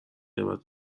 غیبت